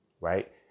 Right